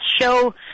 show